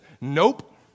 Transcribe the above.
Nope